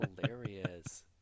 hilarious